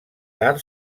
tard